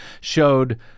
showed